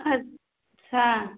अच्छा